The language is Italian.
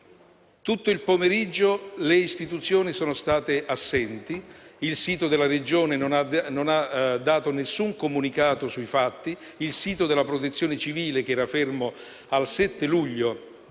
Tutto il pomeriggio le istituzioni sono state assenti. Il sito della Regione non ha dato alcun comunicato sui fatti. Il sito della Protezione civile, che era fermo al 7 luglio